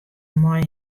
mei